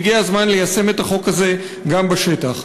והגיע הזמן ליישם את החוק הזה גם בשטח.